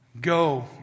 go